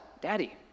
Daddy